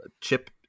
chip